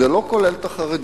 זה לא כולל את החרדיות,